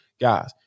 guys